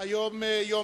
השמונה-עשרה יום שלישי,